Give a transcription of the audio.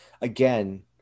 again